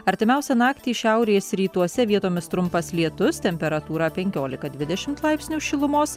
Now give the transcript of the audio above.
artimiausią naktį šiaurės rytuose vietomis trumpas lietus temperatūra penkiolika dvidešimt laipsnių šilumos